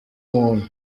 muntu